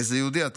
איזה יהודי אתה?